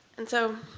and so